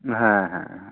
হ্যাঁ হ্যাঁ হ্যাঁ